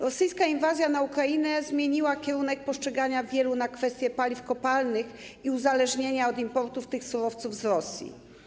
Rosyjska inwazja na Ukrainę zmieniła sposób postrzegania przez wielu kwestii paliw kopalnych i uzależnienia od importu tych surowców z Rosji.